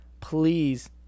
please